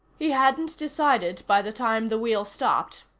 he hadn't decided by the time the wheel stopped,